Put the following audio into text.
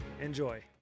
Enjoy